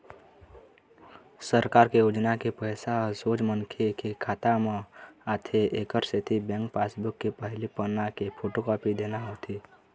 सरकार के योजना के पइसा ह सोझ मनखे के खाता म आथे एकर सेती बेंक पासबूक के पहिली पन्ना के फोटोकापी देना होथे